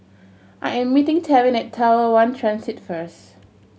I am meeting Tevin Tower one Transit first